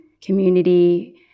community